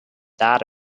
that